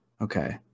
Okay